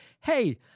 hey